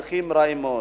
אלה תהליכים רעים מאוד.